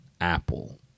apple